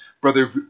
brother